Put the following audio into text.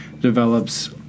develops